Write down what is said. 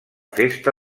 festa